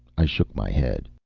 i shook my head.